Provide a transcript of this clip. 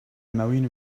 million